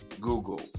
Google